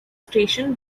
station